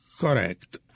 Correct